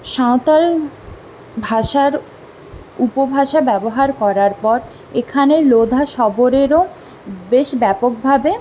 সাঁওতাল ভাষার উপভাষা ব্যবহার করার পর এখানে লোধা শবরেরও বেশ ব্যাপকভাবে